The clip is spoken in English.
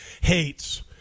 hates